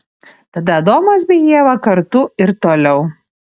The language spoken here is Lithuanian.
tada adomas bei ieva kartu ir toliau